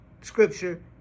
scripture